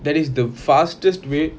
that is the fastest way